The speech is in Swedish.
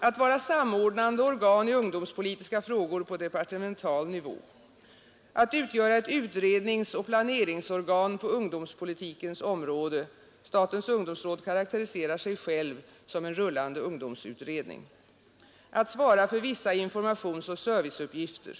Att vara samordnande organ i ungdomspolitiska frågor på departemental nivå. Att utgöra ett utredningsoch planeringsorgan på ungdomspolitikens område. Statens ungdomsråd karakteriserar sig själv som en rullande ungdomsutredning. Att svara för vissa informationsoch serviceuppgifter.